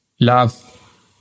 love